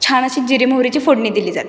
छान अशी जिरे मोहरीची फोडणी दिली जाते